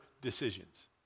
decisions